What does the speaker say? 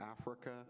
Africa